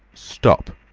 stop!